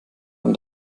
von